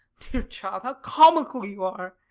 dear child, how comical you are!